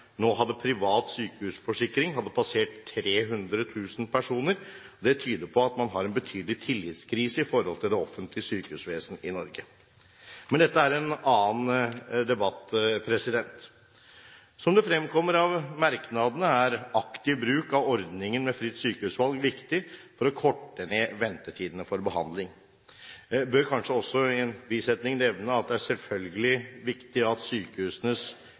nå hadde privat helseforsikring, hadde passert 300 000 personer. Det tyder på at det er en betydelig tillitskrise til det offentlige sykehusvesen i Norge. Men dette er en annen debatt. Som det fremkommer av merknadene, er aktiv bruk av ordningen med fritt sykehusvalg viktig for å korte ned ventetidene for behandling. Jeg bør kanskje også i en bisetning nevne at det selvfølgelig er viktig at